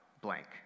Blank